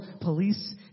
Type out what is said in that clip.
police